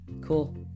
cool